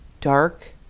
dark